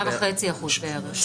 8.5% בערך.